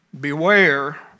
Beware